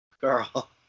Girl